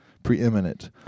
Preeminent